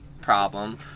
problem